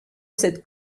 cette